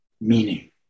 meaning